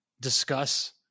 discuss